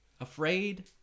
afraid